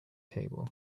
table